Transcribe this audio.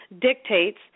dictates